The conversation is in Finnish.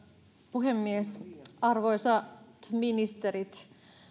puhemies arvoisat ministerit